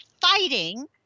fighting